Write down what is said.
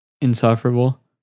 Insufferable